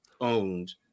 owned